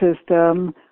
system